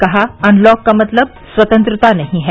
कहा अनलॉक का मतलब स्वतंत्रता नहीं है